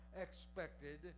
expected